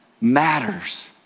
matters